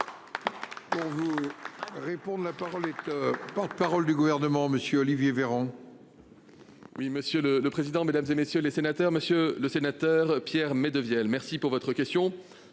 Pour vous répondre. La parole est que le porte-parole du gouvernement, monsieur Olivier Véran.